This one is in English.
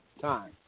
time